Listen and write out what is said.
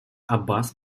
аббас